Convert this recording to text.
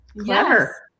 clever